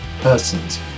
persons